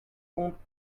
comptes